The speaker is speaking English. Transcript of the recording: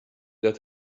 that